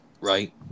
right